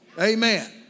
Amen